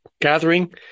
Gathering